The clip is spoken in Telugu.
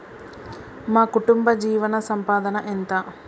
మా కుటుంబ జీవన సంపాదన ఎంత?